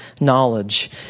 knowledge